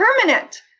permanent